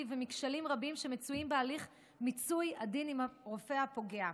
ומכשלים רבים שמצויים בהליך מיצוי הדין עם הרופא הפוגע,